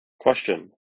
Question